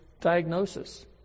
diagnosis